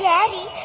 Daddy